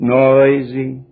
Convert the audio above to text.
noisy